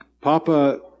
Papa